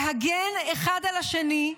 להגן אחד על השני,